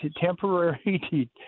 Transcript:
temporary